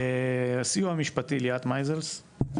הסיוע המשפטי ליאת מיזלס.